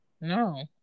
no